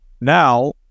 now